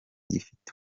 gifite